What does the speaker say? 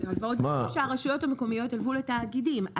הלוואות שהרשויות המקומיות הלוו לתאגידים.